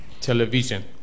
television